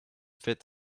fait